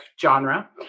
genre